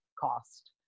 cost